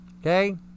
okay